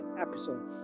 episode